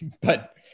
But-